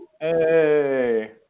Hey